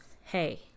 hey